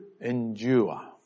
endure